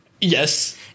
Yes